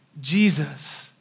Jesus